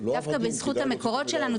דווקא בזכות המקורות שלנו,